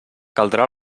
caldrà